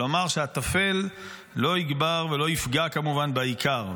כלומר שהטפל לא יגבר ולא יפגע כמובן בעיקר.